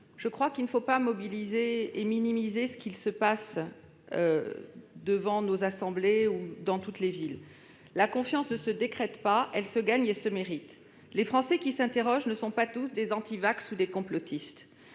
jaunes. Il ne faut pas minimiser ce qui se passe devant nos assemblées et dans toutes les villes de notre pays. La confiance ne se décrète pas, elle se gagne et se mérite. Les Français qui s'interrogent ne sont pas tous des « antivax » ou des complotistes.